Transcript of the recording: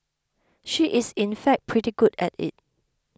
she is in fact pretty good at it